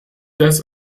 das